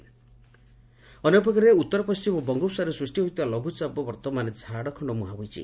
ଲଘ୍ରଚାପ ଅପରପକ୍ଷରେ ଉତ୍ତର ପଣ୍କିମ ବଙ୍ଗୋପସାଗରରେ ସୃଷ୍କି ହୋଇଥିବା ଲଘୁଚାପ ବର୍ତ୍ତମାନ ଝାଡ଼ଖଣ୍ଡ ମୁହାଁ ହୋଇଛି